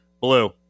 blue